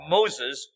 Moses